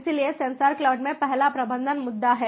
इसलिए sensor cloud में पहला प्रबंधन मुद्दा है